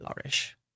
flourish